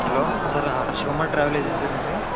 hello sir Harsha Kumar travel ఏజెన్సీయేనండి